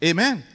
Amen